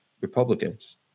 Republicans